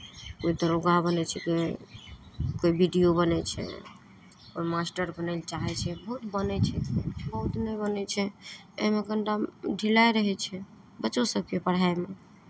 कोइ दरोगा बनै छै कोइ कोइ बी डी ओ बनै छै कोइ मास्टर बनय लए चाहै छै बहुत बनै छै बहुत नहि बनै छै एहिमे कनि टा ढिलाइ रहै छै बच्चो सभके पढ़ाइमे